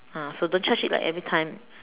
ah so don't charge it like every time